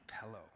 pillow